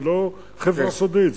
זה לא חברה סודית,